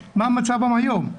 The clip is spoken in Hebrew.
מה מצבם היום.